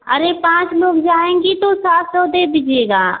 अरे पाँच लोग जाएँगी तो सात सौ दे दीजिएगा